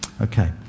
Okay